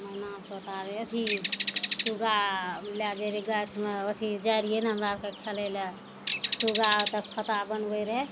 मैना तोता अथी सुगा लए जाइ रहय गाछमे अथी जाइ रहियइ ने हमरा आरके खेलय लए सुगा ओतऽ खोता बनबय रहय